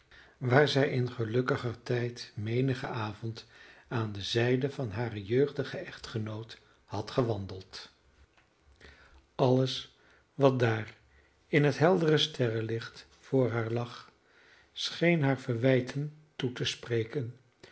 waar zij in gelukkiger tijd menigen avond aan de zijde van haren jeugdigen echtgenoot had gewandeld alles wat daar in het heldere sterrenlicht voor haar lag scheen haar verwijten toe te spreken